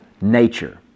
nature